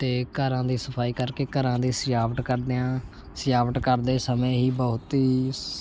ਅਤੇ ਘਰਾਂ ਦੀ ਸਫਾਈ ਕਰਕੇ ਘਰਾਂ ਦੀ ਸਜਾਵਟ ਕਰਦੇ ਹਾਂ ਸਜਾਵਟ ਕਰਦੇ ਸਮੇਂ ਹੀ ਬਹੁਤ ਹੀ ਸ